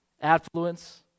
affluence